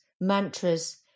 mantras